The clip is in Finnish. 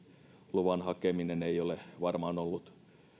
luvan hakeminen ei ole varmaan ollut